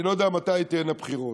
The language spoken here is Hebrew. אני לא יודע מתי תהיינה בחירות.